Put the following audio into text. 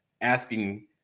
asking